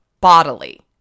bodily